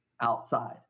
outside